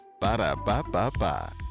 Ba-da-ba-ba-ba